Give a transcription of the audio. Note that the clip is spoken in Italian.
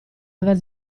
aver